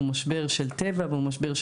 הוא משבר של טבע,